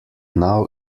now